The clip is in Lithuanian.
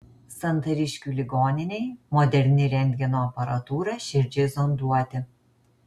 santariškių ligoninei moderni rentgeno aparatūra širdžiai zonduoti